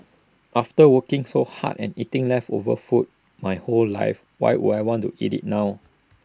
after working so hard and eating leftover food my whole life why would I want to eat IT now